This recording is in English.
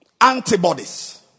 Antibodies